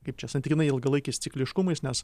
kaip čia santykinai ilgalaikis cikliškumas nes